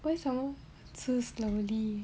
为什么吃 slowly